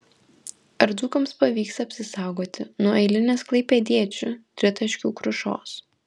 ar dzūkams pavyks apsisaugoti nuo eilinės klaipėdiečių tritaškių krušos